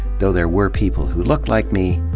though there were people who looked like me,